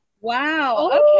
Wow